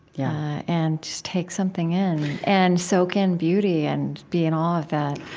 yeah and take something in, and soak in beauty, and be in awe of that?